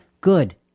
good